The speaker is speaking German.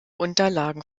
unterlagen